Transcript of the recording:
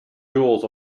jewels